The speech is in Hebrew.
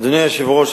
אדוני היושב-ראש,